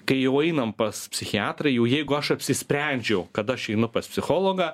kai jau einam pas psichiatrą jau jeigu aš apsisprendžiau kad aš einu pas psichologą